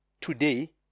today